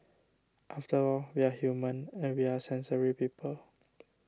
after all we are human and we are sensory people